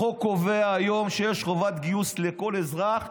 החוק קובע היום שיש חובת גיוס לכל אזרח,